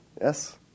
Yes